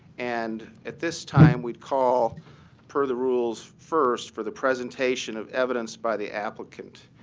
and at this time, we'd call per the rules first for the presentation of evidence by the applicant.